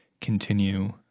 continue